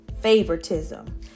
favoritism